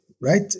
right